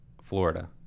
florida